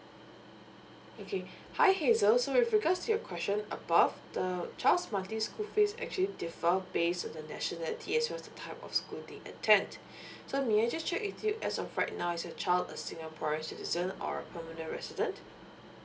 okay hi hazel so with regards to your question above the child's monthly school fees actually defer based on the nationality as well as the type of school they attend so may I just check with you as of right now is your child a singaporean citizen or permanent resident